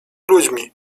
ludźmi